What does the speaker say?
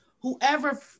Whoever